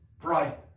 bright